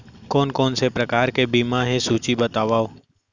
कोन कोन से प्रकार के बीमा हे सूची बतावव?